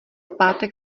pátek